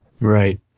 Right